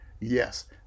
Yes